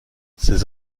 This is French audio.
ces